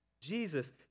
Jesus